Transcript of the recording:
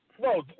No